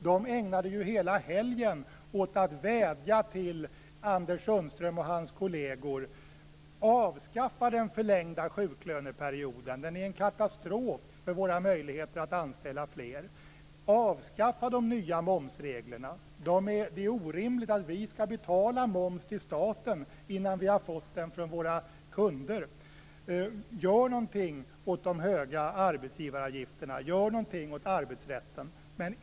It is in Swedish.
De ägnade hela helgen åt att vädja till Anders Sundström och hans kolleger: Avskaffa den förlängda sjuklöneperioden, eftersom den är en katastrof för våra möjligheter att anställa fler! Avskaffa de nya momsreglerna, då det är orimligt att vi skall betala moms till staten innan vi har fått den från våra kunder! Gör någonting åt de höga arbetsgivaravgifterna och åt arbetsrätten!